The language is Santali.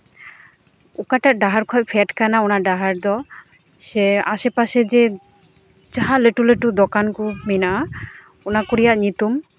ᱚᱠᱟᱴᱟᱜ ᱰᱟᱦᱟᱨ ᱠᱷᱚᱡ ᱯᱷᱮᱰ ᱠᱟᱱᱟ ᱚᱱᱟ ᱰᱟᱦᱟᱨ ᱫᱚ ᱥᱮ ᱟᱥᱮᱯᱟᱥᱮ ᱡᱮ ᱡᱟᱦᱟᱸ ᱞᱟᱹᱴᱩ ᱞᱟᱹᱴᱩ ᱫᱚᱠᱟᱱ ᱠᱚ ᱢᱮᱱᱟᱜᱼᱟ ᱚᱱᱟ ᱠᱚ ᱨᱮᱭᱟᱜ ᱧᱩᱛᱩᱢ